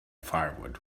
firewood